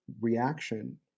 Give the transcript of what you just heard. reaction